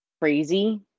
crazy